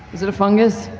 is it a fungus?